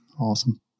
awesome